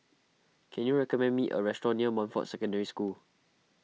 can you recommend me a restaurant near Montfort Secondary School